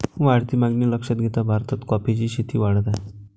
वाढती मागणी लक्षात घेता भारतात कॉफीची शेती वाढत आहे